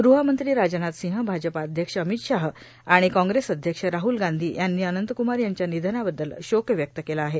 गृहमंत्री राजनाथ सिंह भाजपा अध्यक्ष अमित शाह आणि काँग्रेस अध्यक्ष राहुल गांधी यांनी अनंत कुमार यांच्या निधनाबद्दल शोक व्यक्त केला आहे